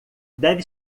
deve